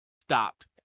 stopped